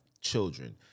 children